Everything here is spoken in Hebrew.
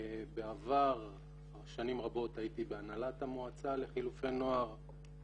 בעבר שנים רבות הייתי בהנהלת המועצה לחילופי נוער,